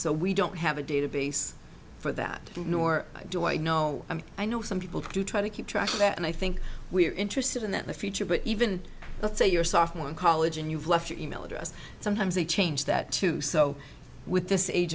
so we don't have a database for that nor do i know i mean i know some people to try to keep track of that and i think we're interested in that the future but even let's say your sophomore in college and you've left your email address sometimes they change that to so with this